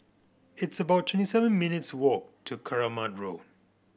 it's about twenty seven minutes' walk to Keramat Road